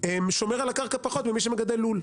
שומר על הקרקע פחות ממי שמגדל לול.